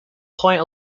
point